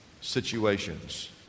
situations